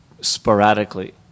sporadically